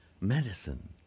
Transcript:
Medicine